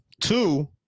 Two